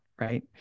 right